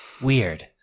Weird